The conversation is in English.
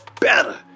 better